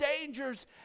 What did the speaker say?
dangers